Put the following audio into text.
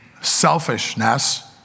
selfishness